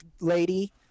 lady